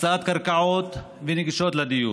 הקצאת הקרקעות והנגישות של דיור.